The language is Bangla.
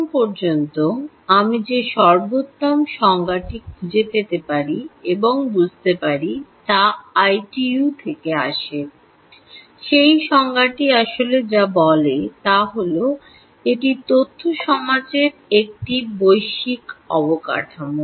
এখন পর্যন্ত আমি যে সর্বোত্তম সংজ্ঞাটি খুঁজে পেতে পারি এবং বুঝতে পারি তা আইটিইউ থেকে আসে সেই সংজ্ঞাটি আসলে যা বলে তা হল এটি তথ্য সমাজের একটি বৈশ্বিক অবকাঠামো